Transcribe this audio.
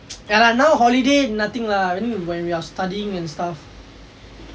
ya lah now holiday nothing lah only when we are studying and stuff